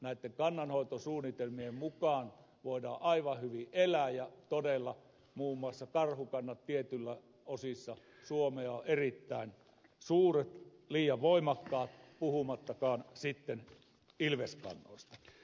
näitten kannanhoitosuunnitelmien mukaan voidaan aivan hyvin elää ja todella muun muassa karhukannat tietyissä osissa suomea ovat erittäin suuret liian voimakkaat puhumattakaan sitten ilveskannoista